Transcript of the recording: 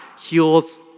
heals